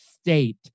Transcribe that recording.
state